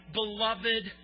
beloved